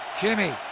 Jimmy